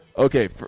Okay